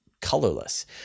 colorless